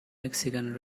mexican